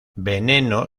veneno